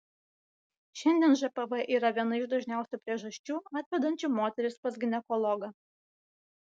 šiandien žpv yra viena iš dažniausių priežasčių atvedančių moteris pas ginekologą